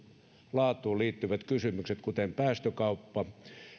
laatuun liittyvät kysymykset kuten päästökauppa